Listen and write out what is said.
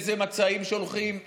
איזה מצעים שולחים,